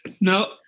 No